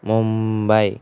Mumbai